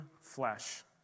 flesh